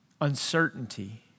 uncertainty